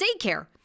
daycare